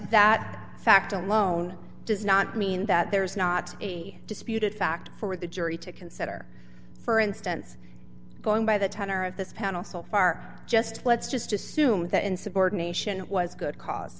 that fact alone does not mean that there is not a disputed fact for the jury to consider for instance going by the tenor of this panel so far just let's just assume that insubordination it was good cause